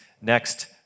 next